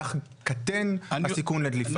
כך קטן הסיכון לדליפה.